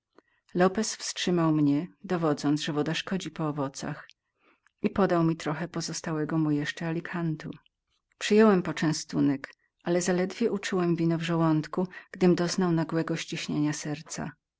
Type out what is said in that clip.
źródła lopez wstrzymał mnie dowodząc że woda szkodzi po owocach i podał mi trocha pozostałego mu jeszcze alikantu przyjąłem jego ofiarę ale zaledwie uczułem wino w żołądku gdym doznał nagłego ściśnienia serca